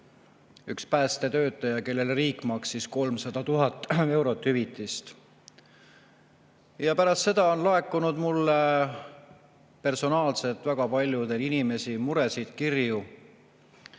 üks päästetöötaja, kelle [lähedastele] riik maksis 300 000 eurot hüvitist. Ja pärast seda on laekunud mulle personaalselt väga paljude inimeste muresid, kirju,